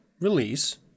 release